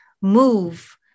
move